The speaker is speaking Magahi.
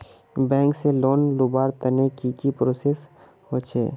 बैंक से लोन लुबार तने की की प्रोसेस होचे?